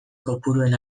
kopuruen